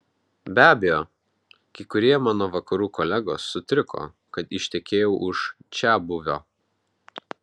be abejo kai kurie mano vakarų kolegos sutriko kad ištekėjau už čiabuvio